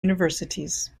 universities